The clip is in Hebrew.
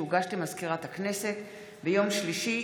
שהוגש למזכירת הכנסת ביום שלישי,